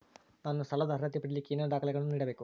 ನಾನು ಸಾಲದ ಅರ್ಹತೆ ಪಡಿಲಿಕ್ಕೆ ಏನೇನು ದಾಖಲೆಗಳನ್ನ ನೇಡಬೇಕು?